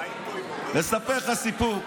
עכשיו אני רוצה לספר לך סיפור.